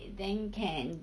then can